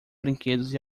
brinquedos